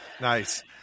Nice